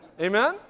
amen